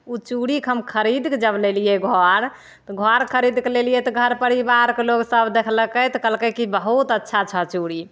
ओ चूड़ीक हम जब खरीद कऽ लैलियै घर तऽ घर खरीद कऽ लेलियै तऽ घर परिबारके लोगसब देखलकै तऽ कहलकै कि बहुत अच्छा छौ चूड़ी